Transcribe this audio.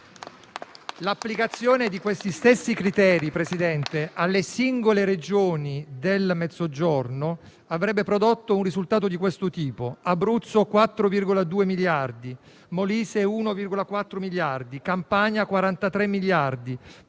L'applicazione di questi stessi criteri alle singole Regioni del Mezzogiorno, Presidente, avrebbe prodotto un risultato di questo tipo: Abruzzo 4,2 miliardi, Molise 1,4, Campania 43, Puglia